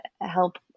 help